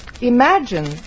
Imagine